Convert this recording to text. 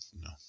no